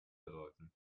bedeuten